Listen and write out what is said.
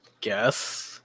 guess